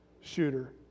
shooter